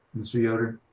mr. yoder.